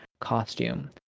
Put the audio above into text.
costume